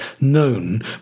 known